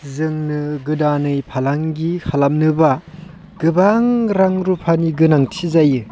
जोंनो गोदानै फालांगि खालामनोब्ला गोबां रां रुफानि गोनांथि जायो